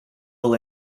will